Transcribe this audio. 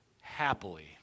Happily